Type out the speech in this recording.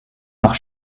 nach